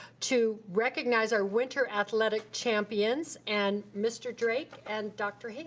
to recognize our winter athletic champions and mr. drake and dr. ham.